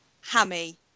Hammy